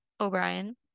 O'Brien